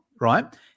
right